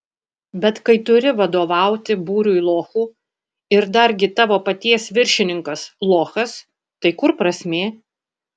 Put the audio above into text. bet kai turi vadovauti būriui lochų ir dargi tavo paties viršininkas lochas tai kur prasmė